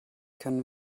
können